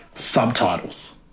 subtitles